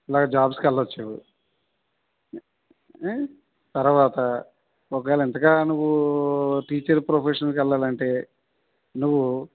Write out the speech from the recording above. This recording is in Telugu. ఇలా జాబ్స్కి వెళ్లొచ్చు ఏ తరువాత ఒకవేళ ఇంతగా నువ్వు టీచర్ ప్రొఫెషన్కి వెళ్ళాలంటే నువ్వు